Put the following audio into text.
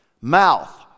mouth